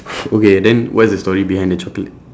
okay then what is the story behind the chocolate